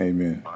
Amen